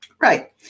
Right